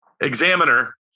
examiner